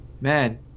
man